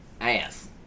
Ass